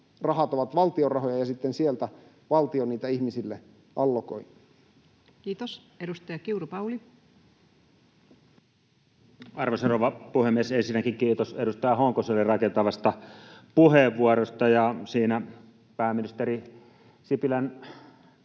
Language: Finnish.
rahat ovat valtion rahoja ja sitten sieltä valtio niitä ihmisille allokoi. Kiitos. — Edustaja Kiuru, Pauli. Arvoisa rouva puhemies! Ensinnäkin kiitos edustaja Honkoselle rakentavasta puheenvuorosta. Siinä pääministeri Sipilän